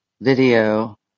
video